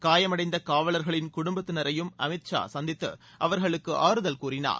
காயமடைந்த காவலர்களின் குடும்பத்தினரையும் அமித்ஷா சந்தித்து அவர்களுக்கு ஆருதல் கூறினார்